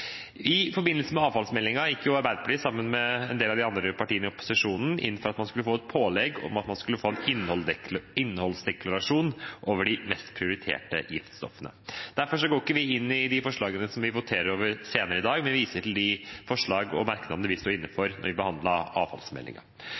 I forbindelse med avfallsmeldingen gikk Arbeiderpartiet, sammen med en del av de andre partiene i opposisjonen, inn for at vi skulle få et pålegg om innholdsdeklarasjon over de høyest prioriterte giftstoffene. Derfor går vi ikke inn i de forslagene som vi voterer over senere i dag, men viser til forslagene og merknadene